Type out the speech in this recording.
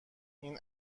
این